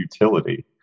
utility